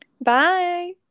Bye